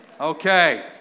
Okay